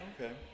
Okay